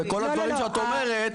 וכל הדברים שאת אומרת,